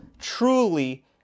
truly